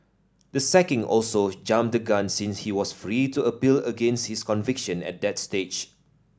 the sacking also jumped the gun since he was free to appeal against his conviction at that stage